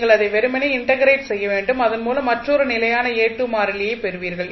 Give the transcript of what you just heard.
நீங்கள் அதை வெறுமனே இன்டகிரேட் செய்ய வேண்டும் அதன் மூலம் மற்றொரு நிலையான A2 மாறிலியை பெறுவீர்கள்